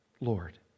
Lord